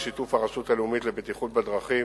בשיתוף הרשות הלאומית לבטיחות בדרכים,